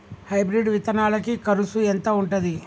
Hybrid విత్తనాలకి కరుసు ఎంత ఉంటది?